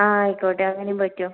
ആയിക്കോട്ടെ അങ്ങനേയും പറ്റും